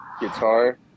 guitar